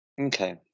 Okay